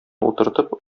утыртып